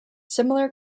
similar